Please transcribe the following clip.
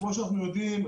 כמו שאנחנו יודעים,